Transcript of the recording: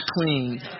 clean